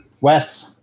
Wes